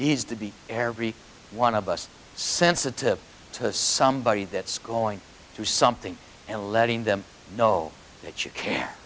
needs to be every one of us sensitive to somebody that's going through something and letting them know that you care